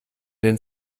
den